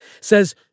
Says